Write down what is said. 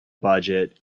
budget